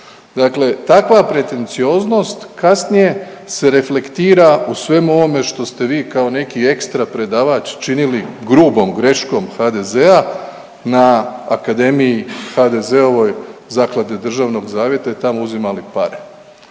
Dakle, takva pretencioznost kasnije se reflektira u svemu ovome što ste vi kao neki ekstra predavač činili grubom greškom HDZ-a na akademiji HDZ-ovoj Zaklade državnog zavjeta i tamo uzimali pare.